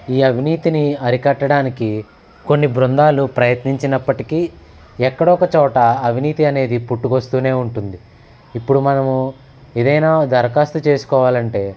ఈ అవినీతిని అరికట్టడానికి కొన్ని బృందాలు ప్రయత్నించినప్పటికీ ఎక్కడో ఒకచోట అవినీతి అనేది పుట్టుకొస్తూనే ఉంటుంది ఇప్పుడు మనము ఏదైనా దరఖాస్తు చేసుకోవాలంటే